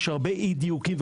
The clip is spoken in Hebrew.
יש הרבה אי-דיוקים,